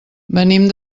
venim